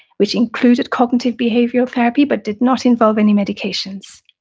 which included cognitive behavioral therapy but did not involve any medications.